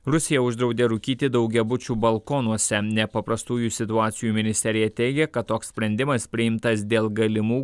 rusija uždraudė rūkyti daugiabučių balkonuose nepaprastųjų situacijų ministerija teigia kad toks sprendimas priimtas dėl galimų